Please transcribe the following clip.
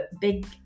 big